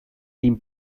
team